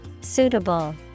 Suitable